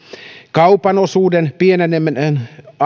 kaupan osuuden pieneneminen